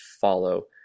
follow